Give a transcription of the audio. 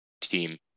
team